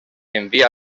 envia